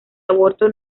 aborto